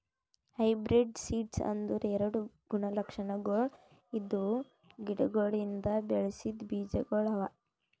hybrid seeds ಅಂದುರ್ ಎರಡು ಗುಣ ಲಕ್ಷಣಗೊಳ್ ಇದ್ದಿವು ಗಿಡಗೊಳಿಂದ್ ಬೆಳಸಿದ್ ಬೀಜಗೊಳ್ ಅವಾ